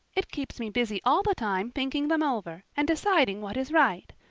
it keeps me busy all the time thinking them over and deciding what is right.